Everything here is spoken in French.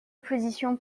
opposition